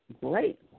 great